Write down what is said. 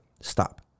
stop